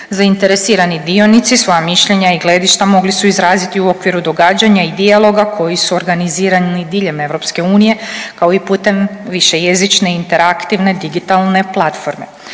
Zainteresirani dionici svoja mišljenja i gledišta mogli su izraziti u okviru događanja i dijaloga koji su organizirani diljem EU, kao i putem višejezične interaktivne digitalne platforme.